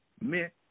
meant